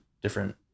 different